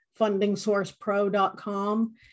FundingsourcePro.com